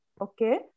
Okay